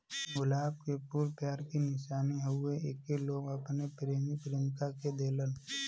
गुलाब के फूल प्यार के निशानी हउवे एके लोग अपने प्रेमी प्रेमिका के देलन